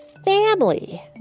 Family